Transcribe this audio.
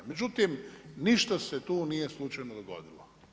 Međutim, ništa se tu nije slučajno dogodilo.